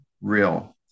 real